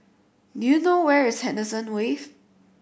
do you know where is Henderson Wave